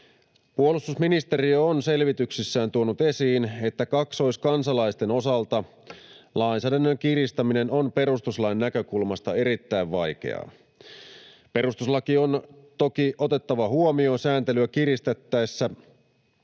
Puolustusministeriö on selvityksissään tuonut esiin, että kaksoiskansalaisten osalta lainsäädännön kiristäminen on perustuslain näkökulmasta erittäin vaikeaa. Perustuslaki on toki otettava huomioon sääntelyä kiristettäessä,